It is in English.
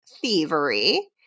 thievery